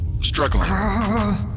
struggling